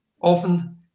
often